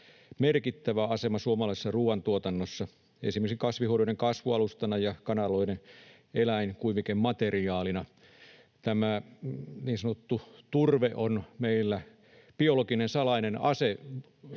merkittävä asema suomalaisessa ruoantuotannossa esimerkiksi kasvihuoneiden kasvualustana ja kanaloiden eläinkuivikemateriaalina. Tämä niin sanottu turve on meillä biologinen salainen ase